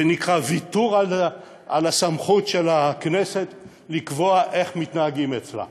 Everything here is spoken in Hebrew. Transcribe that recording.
זה נקרא ויתור על הסמכות של הכנסת לקבוע איך מתנהגים אצלה.